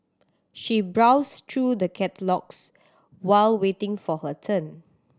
she browsed through the catalogues while waiting for her turn